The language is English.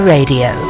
Radio